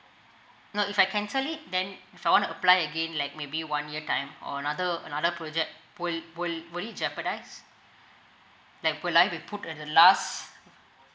no if I cancel it then if I want to apply again like maybe one year time or other another project would would would it jeopardise like would I be put at the last